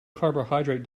carbohydrate